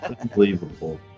Unbelievable